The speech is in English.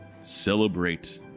celebrate